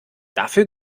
dafür